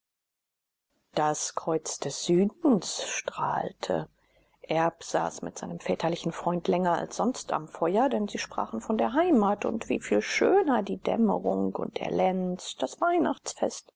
das kreuz des südens strahlte erb saß mit seinem väterlichen freund länger als sonst am feuer denn sie sprachen von der heimat und wie viel schöner die dämmerung und der lenz das weihnachtsfest